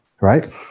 right